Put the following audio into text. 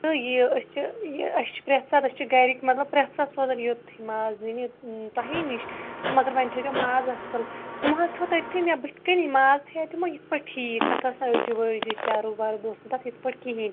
تہٕ یہِ أسۍ چھِ أسۍ چھِ پرٮ۪تھ ساتہٕ أسۍ چھِ گَرِک مطلب پرٮ۪تھ ساتہٕ سوزان یۄتتھٕے ماز نِنہِ تۄہے نِش تہٕ مگر وۄنۍ تھیٚزیو ماز اصٕل تِمو حظ تھُو تٔتتھٕے مےٚ بٔتھہِ کنے ماز تھَایو تِمو یِتھ پٲٹھۍ ٹھیٖک تَتھ آس نہٕ أڈجہِ ؤڈجہِ چَرٕب وَرٕب اوس نہٕ تَتھ یِتھ پٲٹھۍ کِہیٖنۍ